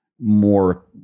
more